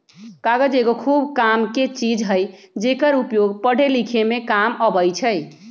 कागज एगो खूब कामके चीज हइ जेकर उपयोग पढ़े लिखे में काम अबइ छइ